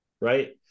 right